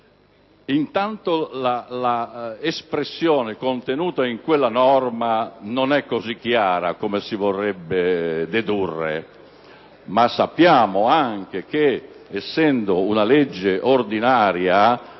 Intanto, l'espressione contenuta in quella norma non è così chiara come si vorrebbe dedurre, ma sappiamo anche che, trattandosi di una legge ordinaria,